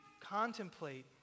contemplate